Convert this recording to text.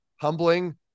humbling